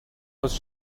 was